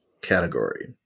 category